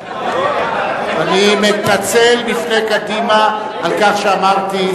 אני מתנצל לפני קדימה על כך שאמרתי,